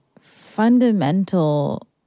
fundamental